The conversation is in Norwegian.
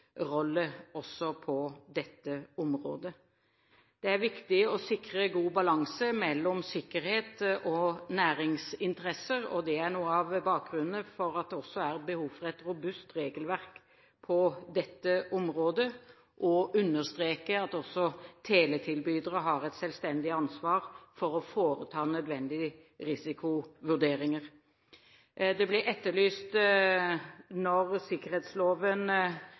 også på dette området. Det er viktig å sikre god balanse mellom sikkerhet og næringsinteresser. Det er noe av bakgrunnen for at det er behov for et robust regelverk på dette området, og å understreke at også teletilbydere har et selvstendig ansvar for å foreta nødvendige risikovurderinger. Det ble etterlyst når sikkerhetsloven